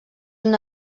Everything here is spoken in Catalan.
una